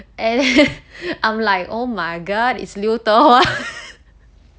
and then I'm like oh my god is 刘德华